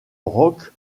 rock